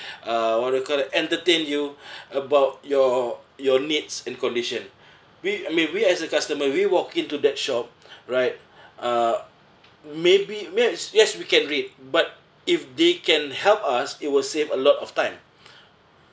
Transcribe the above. uh what do you call that entertain you about your your needs and condition we I mean we as a customer we walk into that shop right uh maybe ma~ yes we can read but if they can help us it will save a lot of time